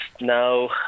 no